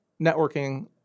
networking